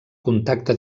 contacte